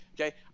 okay